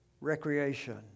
recreation